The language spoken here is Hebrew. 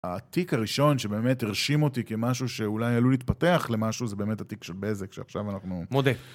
התיק הראשון שבאמת הרשים אותי כמשהו שאולי עלול להתפתח למשהו זה באמת התיק של בזק שעכשיו אנחנו... מודה.